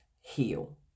heal